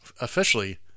officially